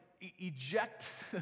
eject